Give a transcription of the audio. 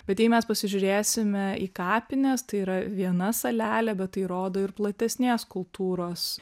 bet jei mes pasižiūrėsime į kapines tai yra viena salelė bet tai rodo ir platesnės kultūros